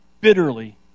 bitterly